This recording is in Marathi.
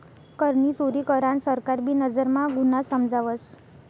करनी चोरी करान सरकार भी नजर म्हा गुन्हा समजावस